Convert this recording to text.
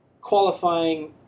qualifying